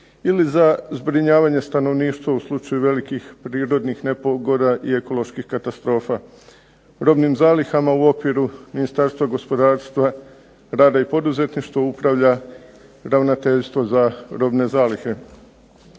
ili za zbrinjavanje stanovništva u slučaju velikih prirodnih nepogoda i ekoloških katastrofa. Robnim zalihama u okviru Ministarstva gospodarstva, rada i poduzetništva upravlja ravnateljstvo za robne zalihe.